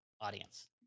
audience